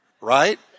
right